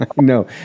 No